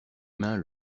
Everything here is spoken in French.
mains